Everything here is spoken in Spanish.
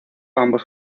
ambos